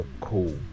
cool